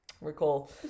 recall